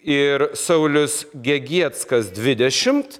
ir saulius gegieckas dvidešimt